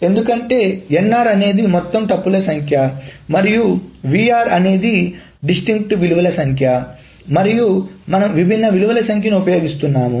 ఎందుకంటే nr అనేది మొత్తం టుపుల్స్ సంఖ్య మరియు vr అనేది విభిన్నవిలువల సంఖ్య మరియు మనము విభిన్న విలువల సంఖ్యను ఉపయోగిస్తున్నాము